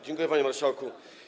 Dziękuję, panie marszałku.